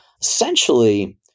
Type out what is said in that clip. Essentially